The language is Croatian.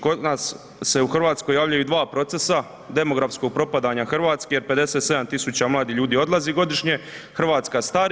Kod nas se u Hrvatskoj javljaju i dva procesa demografskog propadanja Hrvatske jer 57 tisuća mladih ljudi odlazi godišnje, Hrvatska stari.